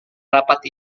rapat